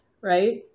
right